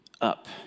up